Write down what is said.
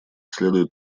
следует